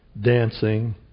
dancing